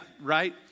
right